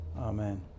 amen